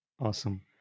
Awesome